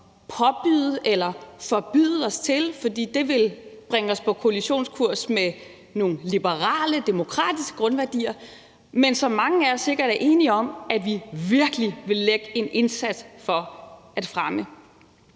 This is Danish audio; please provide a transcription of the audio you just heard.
påbyde eller forbyde os til, fordi det ville bringe os på kollisionskurs med nogle liberale, demokratiske grundværdier, men som mange af os sikkert er enige om at vi virkelig vil gøre en indsats for at fremme.